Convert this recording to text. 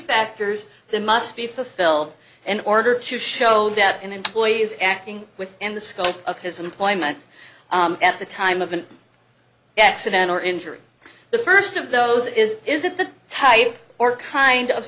factors that must be fulfilled in order to show that an employee is acting within the scope of his employment at the time of an accident or injury the first of those is is it the type or kind of